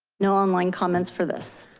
no online comments for this.